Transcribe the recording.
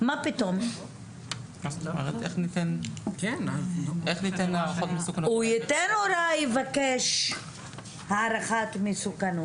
מה פתאום! הוא ייתן הוראה, יבקש הערכת מסוכנות.